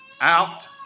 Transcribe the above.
out